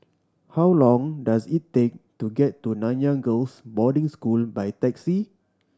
how long does it take to get to Nanyang Girls' Boarding School by taxi